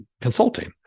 consulting